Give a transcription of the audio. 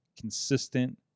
consistent